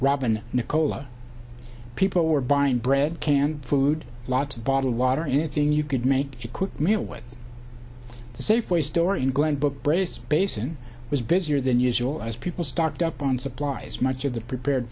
robin nicola people were buying bread canned food lots of bottled water and it's in you could make a quick meal with the safeway store in glen book braced basin was busier than usual as people stocked up on supplies much of the prepared